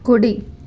కుడి